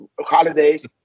holidays